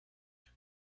and